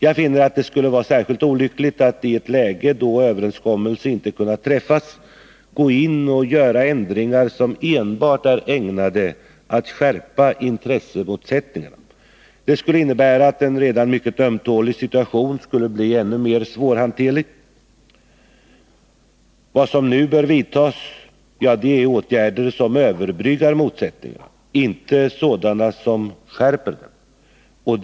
Jag finner att det skulle vara särskilt olyckligt att i ett läge då överenskommelse inte kunnat träffas gå in och göra ändringar som enbart är ägnade att skärpa intressemotsättningarna. Det skulle innebära att en redan mycket ömtålig situation skulle bli ännu mer svårhanterlig. Vad som nu bör vidtas är åtgärder som överbryggar motsättningarna, inte sådana som skärper dem.